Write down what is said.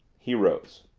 he rose.